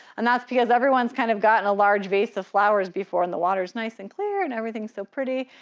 and that's because everyone's kind of gotten a large vase of flowers before and the water's nice and clear and everything's so pretty.